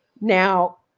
Now